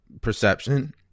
perception